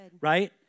right